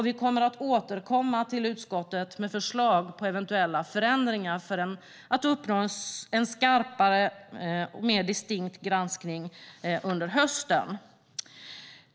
Vi kommer att återkomma med förslag till eventuella förändringar för att uppnå en skarpare och mer distinkt granskning under hösten.